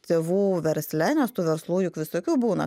tėvų versle nes tų verslų juk visokių būna